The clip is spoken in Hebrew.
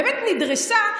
באמת נדרסה,